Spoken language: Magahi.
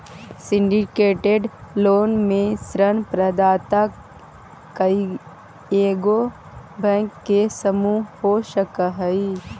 सिंडीकेटेड लोन में ऋण प्रदाता कइएगो बैंक के समूह हो सकऽ हई